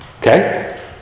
Okay